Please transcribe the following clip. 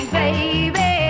baby